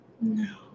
No